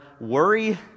worry